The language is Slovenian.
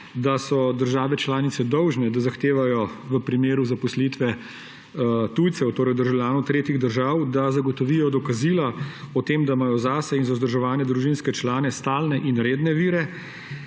da so države članice dolžne, da zahtevajo v primeru zaposlitve tujcev oziroma državljanov tretjih držav, da zagotovijo dokazila o tem, da imajo zase in za vzdrževane družinske člane stalne in redne vire,